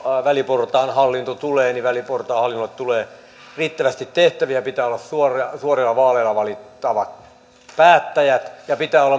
väliportaan hallinto tulee niin väliportaan hallinnolle tulee riittävästi tehtäviä pitää olla suorilla suorilla vaaleilla valittavat päättäjät ja pitää olla